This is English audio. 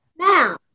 Now